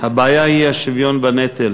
הבעיה היא השוויון בנטל.